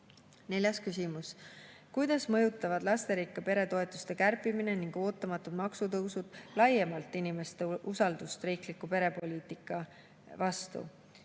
Neljas küsimus: "Kuidas mõjutavad lasterikka pere toetuste kärpimine ning ootamatud maksutõusud laiemalt inimeste usaldust riikliku perepoliitika vastu?"